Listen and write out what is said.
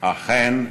אכן,